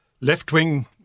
left-wing